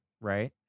right